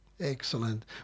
Excellent